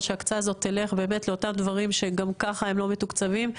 שההקצאה הזו תלך באמת לאותם הדברים שגם ככה הם לא מתוקצבים,